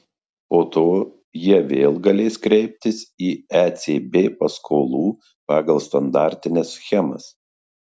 po to jie vėl galės kreiptis į ecb paskolų pagal standartines schemas